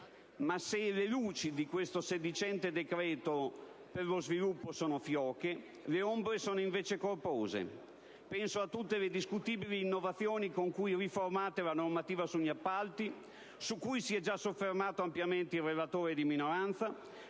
Ma se le luci di questo sedicente decreto per lo sviluppo sono fioche, le ombre sono invece corpose: penso a tutte le discutibili innovazioni con cui riformate la normativa sugli appalti, su cui si è già soffermato ampiamente il relatore di minoranza,